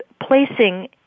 placing